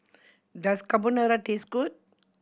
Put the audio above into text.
does Carbonara taste good